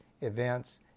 events